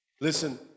Listen